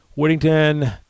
Whittington